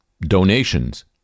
donations